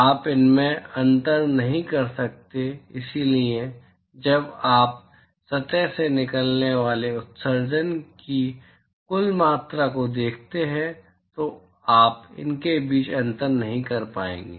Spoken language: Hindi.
आप इनमें अंतर नहीं कर सकते हैं इसलिए जब आप सतह से निकलने वाले उत्सर्जन की कुल मात्रा को देखते हैं तो आप उनके बीच अंतर नहीं कर पाएंगे